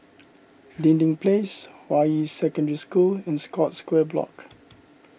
Dinding Place Hua Yi Secondary School and Scotts Square Block